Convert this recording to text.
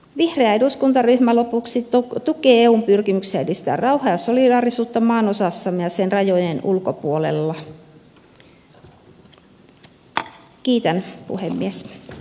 vihreä eduskuntaryhmä tukee eun pyrkimyksiä edistää rauhaa ja solidaarisuutta maanosassamme ja sen rajojen ulkopuolella